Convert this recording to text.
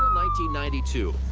um ninety ninety two,